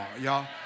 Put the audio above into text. Y'all